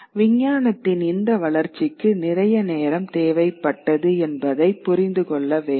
விஞ்ஞானத்தின் இந்த வளர்ச்சிக்கு நிறைய நேரம் தேவைப்பட்டது என்பதை புரிந்து கொள்ள வேண்டும்